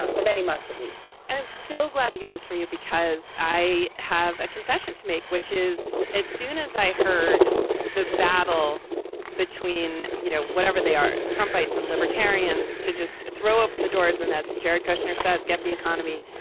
or many months at least i'm so glad to hear this from you because i have a confession to make, which is as soon as i heard the battle between, you know, whatever they are, trumpet's and libertarian's, to just throw open the doors and as jared kushner says, get the economy.